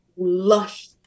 lush